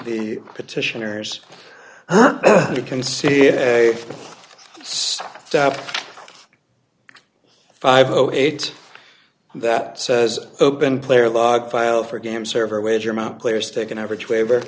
the petitioner's you can see it so five o eight that says open player logfile for game server wager amount players take an average waiver